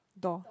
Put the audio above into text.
door